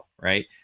right